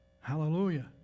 Hallelujah